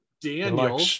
daniel